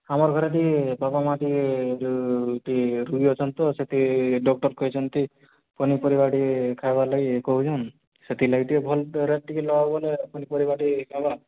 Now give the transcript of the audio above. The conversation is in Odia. ଆମର ଘରେ ଟିକେ ବାପା ମା' ଟିକେ ଯୋଉ ଟିକେ ରୁଗୀ ଅଛନ୍ ତ ସେଥି ଡକ୍ଟର୍ କହିଛନ୍ତି ପନିପରିବା ଟିକେ ଖାଇବାର୍ ଲାଗି କହୁଚନ୍ ସେଥିଲାଗି ଟିକେ ଭଲ୍ ରେଟ୍ ଟିକେ ଲାଗାବ ବୋଲେ ପନିପରିବା ଟିକେ ହେବା